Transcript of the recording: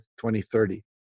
2030